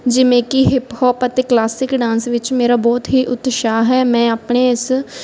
ਜਿਵੇਂ ਕਿ hip hop ਅਤੇ ਕਲਾਸਿਕ ਡਾਂਸ ਵਿੱਚ ਮੇਰਾ ਬਹੁਤ ਹੀ ਉਤਸ਼ਾਹ ਹੈ ਮੈਂ ਆਪਣੇ ਇਸ